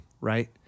right